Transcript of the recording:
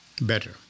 better